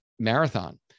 marathon